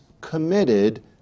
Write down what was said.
committed